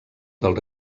del